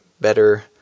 better